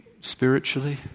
spiritually